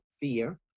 fear